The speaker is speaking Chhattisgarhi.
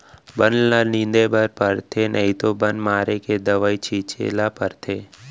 बन ल निंदे बर परथे नइ तो बन मारे के दवई छिंचे ल परथे